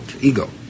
ego